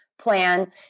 plan